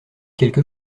quelque